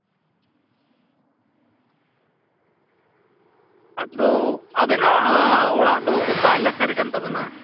ᱟᱫᱚ ᱟᱵᱮᱱᱟᱜ ᱚᱲᱟᱜ ᱫᱚ ᱚᱠᱟ ᱮᱞᱟᱠᱟ ᱨᱮ ᱠᱟᱱ ᱛᱟᱵᱮᱱᱟ